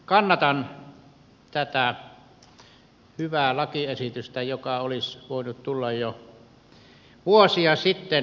kannatan tätä hyvää lakiesitystä joka olisi voinut tulla jo vuosia sitten